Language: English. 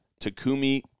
Takumi